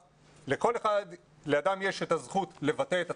לאדם יש את הזכות לבטא את עצמו,